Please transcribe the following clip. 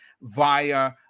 via